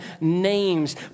names